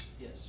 yes